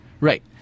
Right